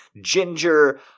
ginger